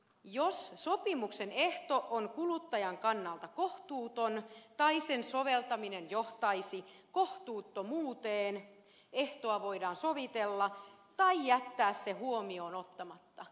jos sopimuksen ehto on kuluttajan kannalta kohtuuton tai sen soveltaminen johtaisi kohtuuttomuuteen ehtoa voidaan sovitella tai jättää se huomioon ottamatta